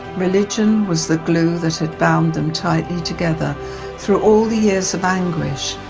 religion was the glue that had bound them tightly together through all the years of anguish.